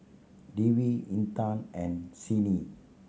Dwi Intan and Senin